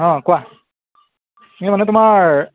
অঁ কোৱা এই মানে তোমাৰ